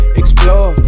explore